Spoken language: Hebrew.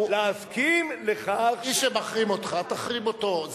להסכים לכך, מי שמחרים אותך, תחרים אותו.